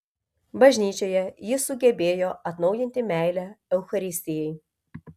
bažnyčioje jis sugebėjo atnaujinti meilę eucharistijai